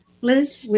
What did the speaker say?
Liz